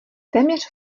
téměř